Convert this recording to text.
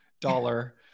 dollar